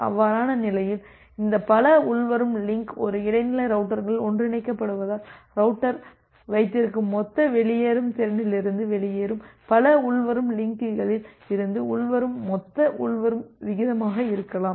அவ்வாறான நிலையில் இந்த பல உள்வரும் லிங்க் ஒரு இடைநிலை ரௌட்டரில் ஒன்றிணைக்கப்படுவதால் ரௌட்டர் வைத்திருக்கும் மொத்த வெளியேறும் திறனிலிருந்து வெளியேறும் பல உள்வரும் லிங்க்களில் இருந்து உள்வரும் மொத்த உள்வரும் விகிதமாக இருக்கலாம்